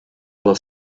alla